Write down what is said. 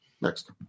Next